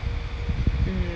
mm